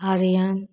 Aryan